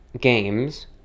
games